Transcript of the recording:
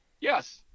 Yes